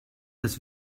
das